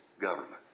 government